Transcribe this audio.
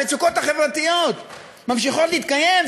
המצוקות החברתיות ממשיכות להתקיים,